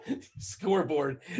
Scoreboard